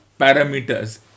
parameters